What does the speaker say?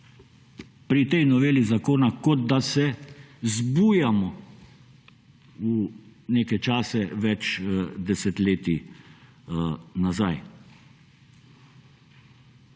pri tej noveli zakona kot da se zbujamo v neke čase več desetletij nazaj.